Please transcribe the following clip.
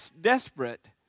desperate